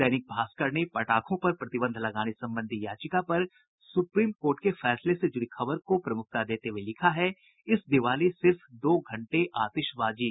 दैनिक भास्कर ने पटाखों पर प्रतिबंध लगाने संबंधी याचिका पर सुप्रीम कोर्ट के फैसले से जुड़ी खबर को प्रमुखता देते हये लिखा है इस दिवाली सिर्फ दो घंटे आतिशबाजी